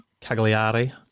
Cagliari